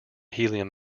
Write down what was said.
helium